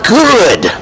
good